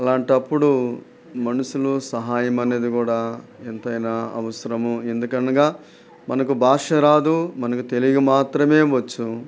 అలాంటప్పుడు మనుషుల సహాయం అనేది కూడా ఎంతైనా అవసరము ఎందుకనగా మనకు భాష రాదు మనకు తెలుగు మాత్రమే వచ్చు